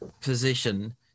position